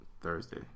Thursday